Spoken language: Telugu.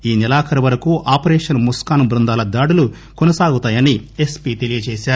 ఈసెలఖరు వరకు ఆపరేషన్ ముస్కాన్ బృందాల దాడులు కొనసాగుతాయని ఎస్పీ తెలియజేశారు